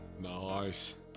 Nice